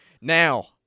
Now